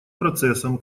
процессом